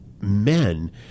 men